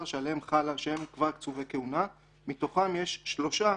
שהם כבר קצובי כהונה; מתוכם יש שלושה,